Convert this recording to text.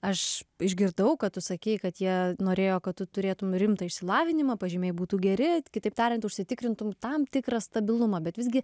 aš išgirdau kad tu sakei kad jie norėjo kad tu turėtum rimtą išsilavinimą pažymiai būtų geri kitaip tariant užsitikrintum tam tikrą stabilumą bet visgi